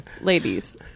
Ladies